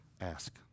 ask